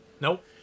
Nope